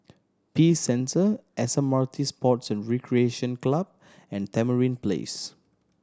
Peace Center S M R T Sports and Recreation Club and Tamarind Place